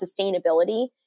sustainability